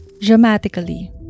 Dramatically